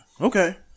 Okay